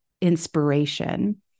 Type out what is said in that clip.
inspiration